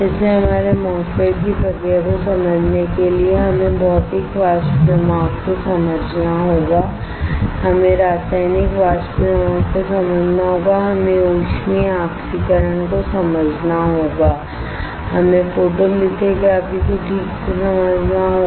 इसलिए हमारे MOSFET की प्रक्रिया को समझने के लिए हमें भौतिक वाष्प जमाव को समझना होगा हमें रासायनिक वाष्प जमाव को समझना होगा हमें ऊष्मीय ऑक्सीकरण को समझना होगा हमें फोटोलिथोग्राफी को ठीक से समझना होगा